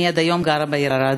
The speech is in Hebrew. אני עד היום גרה בעיר ערד.